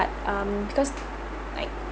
but um because